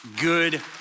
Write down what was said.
good